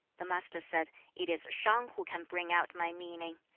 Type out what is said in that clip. the master said, it is shang who can bring out my meaning.